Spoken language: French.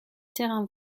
terrain